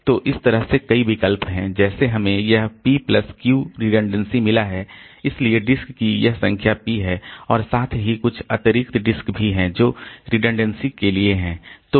तो इस तरह से ऐसे कई विकल्प हैं जैसे हमें यह P प्लस Q रिडण्डेंसी मिला है इसलिए डिस्क की यह संख्या P है और साथ ही कुछ अतिरिक्त डिस्क भी हैं जो रिडण्डेंसी के लिए हैं